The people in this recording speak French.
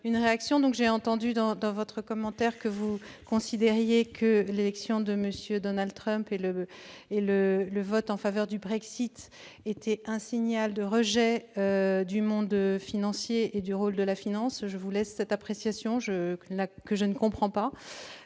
je me contenterai d'une réaction. Vous considérez que l'élection de M. Donald Trump et le vote en faveur du Brexit étaient un seul et même signal de rejet du monde financier et du rôle de la finance. Je vous laisse cette appréciation, que je ne comprends pas.